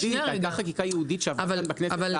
זאת הייתה חקיקה ייעודית שעברה כאן בכנסת,